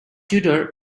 tudor